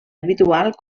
habitual